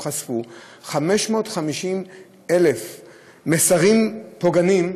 550,000 מסרים פוגעניים,